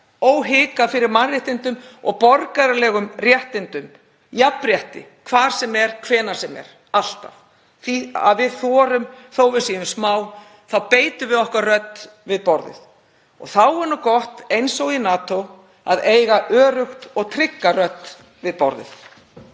óhikað fyrir mannréttindum og borgaralegum réttindum og jafnrétti hvar sem er, hvenær sem er, alltaf. Því að þó að við séum smá þá beitum við okkar rödd við borðið. Og þá er nú gott, eins og í NATO, að eiga örugga og trygga rödd við borðið.